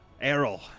Errol